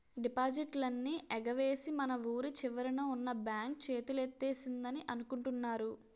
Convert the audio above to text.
డిపాజిట్లన్నీ ఎగవేసి మన వూరి చివరన ఉన్న బాంక్ చేతులెత్తేసిందని అనుకుంటున్నారు